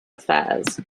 affairs